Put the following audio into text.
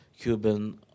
Cuban